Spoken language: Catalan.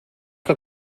que